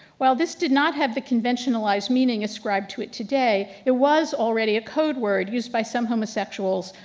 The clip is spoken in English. while, this did not have the conventionalized meaning ascribed to it today, it was already a code word used by some homosexuals.